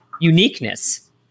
uniqueness